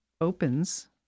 opens